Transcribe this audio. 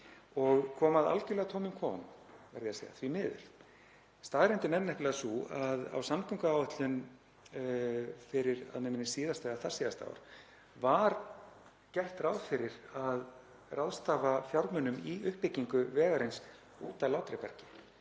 og kom að algjörlega tómum kofanum, verð ég að segja, því miður. Staðreyndin er nefnilega sú að á samgönguáætlun fyrir, að mig minnir, síðasta eða þarsíðasta ár, var gert ráð fyrir að ráðstafa fjármunum í uppbyggingu vegarins út að Látrabjargi